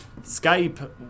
Skype